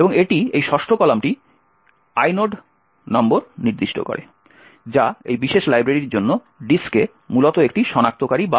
এবং এটি এই ষষ্ঠ কলামটি inode নম্বর নির্দিষ্ট করে যা এই বিশেষ লাইব্রেরির জন্য ডিস্কে মূলত একটি শনাক্তকারী